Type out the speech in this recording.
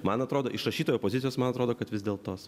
man atrodo iš rašytojo pozicijos man atrodo kad vis dėlto